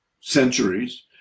centuries